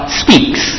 speaks